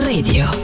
Radio